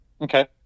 Okay